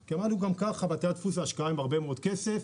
כי אמרנו שגם ככה בתי הדפוס זה השקעה עם הרבה מאוד כסף.